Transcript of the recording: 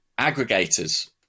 aggregators